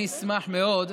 אני אשמח מאוד,